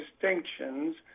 distinctions